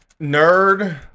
nerd